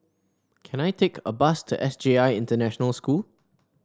can I take a bus to S J I International School